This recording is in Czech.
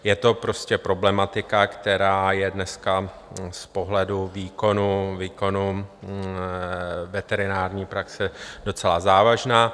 Je to prostě problematika, která je dneska z pohledu výkonu veterinární praxe docela závažná.